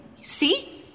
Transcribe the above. see